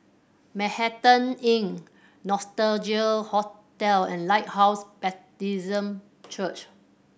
Manhattan Inn Nostalgia Hotel and Lighthouse Baptist Church